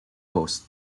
post